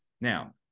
Now